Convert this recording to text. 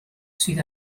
sydd